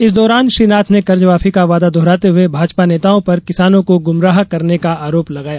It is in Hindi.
इस दौरान श्री नाथ ने कर्जमाफी का वादा दोहराते हए भाजपा नेताओं पर किसानों को गुमराह करने का आरोप लगाया